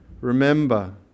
Remember